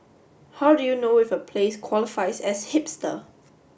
how do you know if a place qualifies as hipster